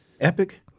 Epic